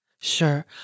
Sure